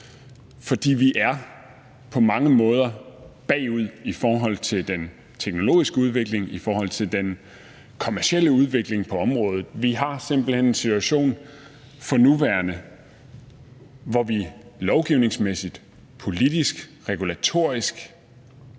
for vi er på mange måder bagud i forhold til den teknologiske udvikling og i forhold til den kommercielle udvikling på området. Vi har for nuværende simpelt hen en situation, hvor vi lovgivningsmæssigt, politisk og regulatorisk